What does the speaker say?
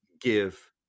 give